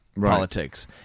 politics